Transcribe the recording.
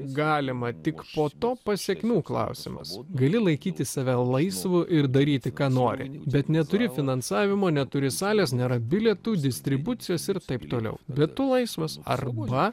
galima tik po to pasekmių klausimas gali laikytis laisvu ir daryti ką nori bet neturi finansavimo neturi salės nėra bilietų distribucijos ir taip toliau bet tu laisvas arba